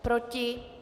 Proti?